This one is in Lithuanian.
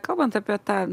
kalbant apie tą